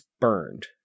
burned